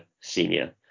senior